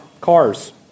cars